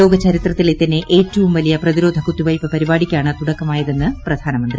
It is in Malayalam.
ലോകചരിത്രത്തിലെ തന്നെ ഏറ്റവും വലിയ പ്രതിരോധ കുത്തിവെയ്പ്പ് പരിപാടിക്കാണ് തുടക്കമായതെന്ന് പ്രധാനമന്ത്രി